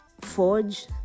forge